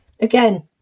again